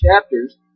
chapters